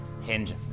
hinge